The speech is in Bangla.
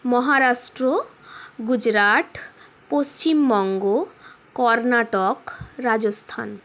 মহারাষ্ট্র গুজরাট পশ্চিমবঙ্গ কর্ণাটক রাজস্থান